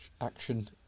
action